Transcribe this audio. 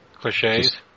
cliches